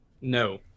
No